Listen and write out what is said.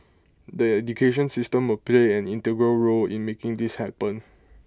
the education system will play an integral role in making this happen